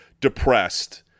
depressed